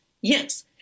yes